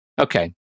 Okay